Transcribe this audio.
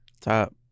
Top